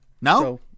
No